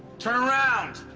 turn around!